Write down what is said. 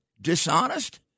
dishonest